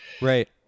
Right